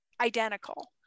identical